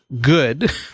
good